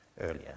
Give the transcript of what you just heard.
earlier